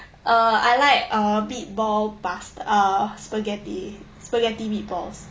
uh I like uh meatball plus uh spaghetti spaghetti meatballs